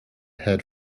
head